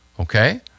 Okay